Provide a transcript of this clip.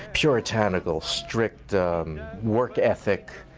puritanical, strict work ethic,